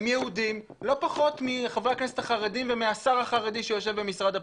הם יהודים לא פחות מחברי הכנסת החרדים ומהשר החרדי שיושב במשרד הפנים,